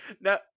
Now